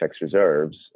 reserves